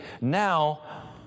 now